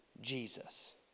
Jesus